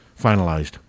finalized